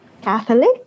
Catholic